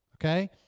Okay